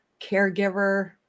caregiver